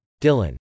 Dylan